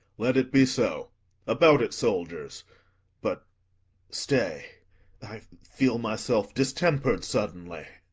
let it be so about it, soldiers but stay i feel myself distemper'd suddenly.